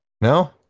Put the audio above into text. No